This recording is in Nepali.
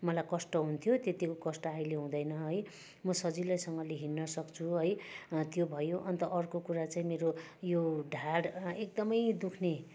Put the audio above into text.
मलाई कष्ट हुन्थ्यो त्यतिको कष्ट अहिले हुँदैन है म सजिलैसँगले हिँड्न सक्छु है त्यो भयो अन्त अर्को कुरा चाहिँ मेरो यो ढाड एकदमै दुख्ने